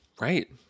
Right